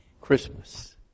Christmas